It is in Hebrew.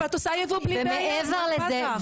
אבל את עושה יבוא בלי בעיה --- מעבר לזה,